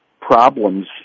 problems